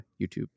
YouTube